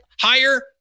higher